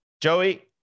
Joey